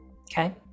okay